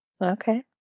Okay